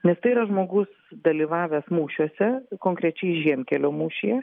nes tai yra žmogus dalyvavęs mūšiuose konkrečiai žiemkelio mūšyje